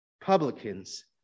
publicans